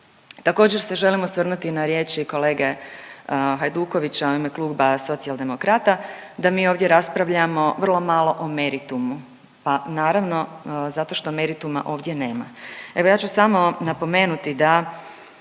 Također se želim osvrnuti na riječi kolege Hajdukovića u ime Kluba Socijaldemokrata, da mi ovdje raspravljamo vrlo malo o meritumu. Pa naravno, zato što merituma ovdje nema. Evo ja ću samo napomenuti da